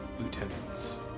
lieutenants